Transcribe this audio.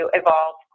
evolve